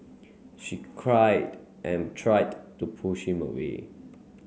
she cried and tried to push him away